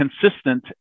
consistent